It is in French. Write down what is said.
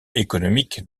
économique